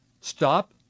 stop